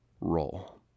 roll